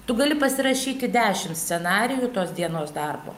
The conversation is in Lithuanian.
tu gali pasirašyti dešimt scenarijų tos dienos darbo